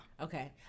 okay